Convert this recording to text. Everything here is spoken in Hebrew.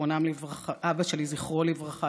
זכרו לברכה,